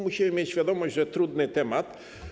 Musimy mieć świadomość, że to trudny temat.